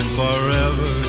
forever